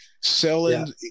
selling